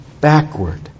backward